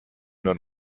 nur